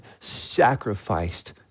sacrificed